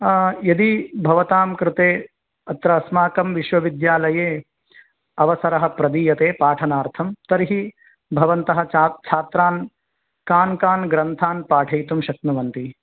यदि भवतां कृते अत्र अस्माकं विश्वविद्यालये अवसरः प्रदीयते पाठनार्थं तर्हि भवन्तः चा छात्रान् कान् कान् ग्रन्थान् पाठयितुं शक्नुवन्ति